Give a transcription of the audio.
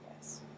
Yes